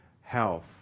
Health